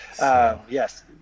yes